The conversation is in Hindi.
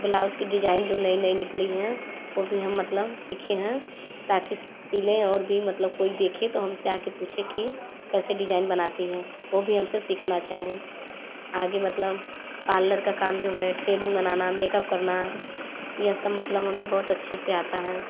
ब्लाउज की डिजाईन जो नई नई निकली हैं वो भी हम मतलब सीखे हैं ताकि सिलें और भी मतलब कोई देखे तो हमसे आके पूछे कि कैसे डिजाईन बनाती हैं वो भी हमसे सीखना चाहे आगे मतलब पार्लर का काम जो है ट्रेनिंग बनाना मेक अप करना ये सब मतलब हमें बहुत अच्छे से आता है